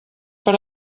per